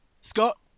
Scott